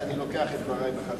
אז אני לוקח את דברי בחזרה.